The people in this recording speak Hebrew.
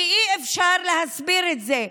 כי אי-אפשר להסביר את זה.